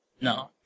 No